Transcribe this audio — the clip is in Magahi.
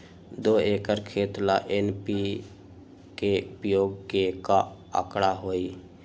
दो एकर खेत ला एन.पी.के उपयोग के का आंकड़ा होई?